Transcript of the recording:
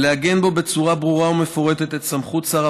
ולעגן בו בצורה ברורה ומפורטת את סמכות שר